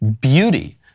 beauty